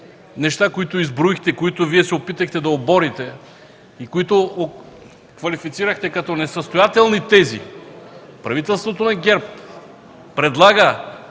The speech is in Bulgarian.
неща, които изброихте, които се опитахте да оборите и квалифицирахте като несъстоятелни тези, правителството на ГЕРБ предлага